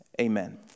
amen